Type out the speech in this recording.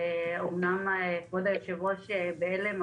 אומנם כבוד היושב-ראש בהלם,